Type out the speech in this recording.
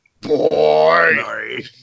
Boy